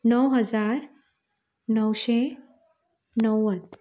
णव हजार णवशे णव्वद